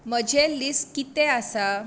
म्हजें लिस्ट कितें आसा